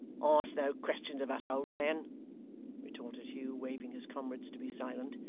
ask no questions of us, old man retorted hugh, waving his comrades to be silent,